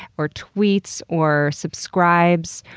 or tweets, or subscribes,